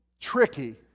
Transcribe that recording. tricky